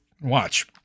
Watch